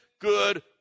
good